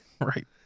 Right